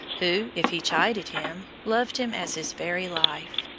who, if he chided him, loved him as his very life.